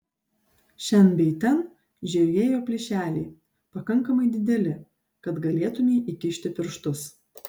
šen bei ten žiojėjo plyšeliai pakankamai dideli kad galėtumei įkišti pirštus